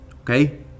Okay